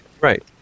right